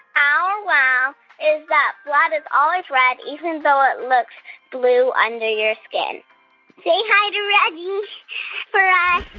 our wow is that blood is always red, even though it looks blue under your skin say hi to reggie for